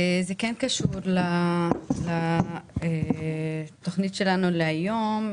ההצעה לסדר שלי קשורה לסדר היום,